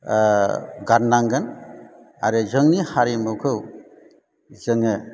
ओह गान्नांगोन आरो जोंनि हारिमुखौ जोङो